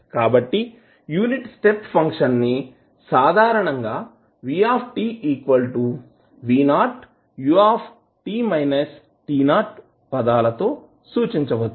కాబట్టి unit step function ని సాధారణంగా v V 0u పదాలతో సూచించవచ్చు